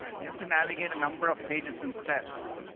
you have to navigate a number of pages and steps,